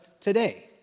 today